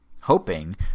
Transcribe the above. hoping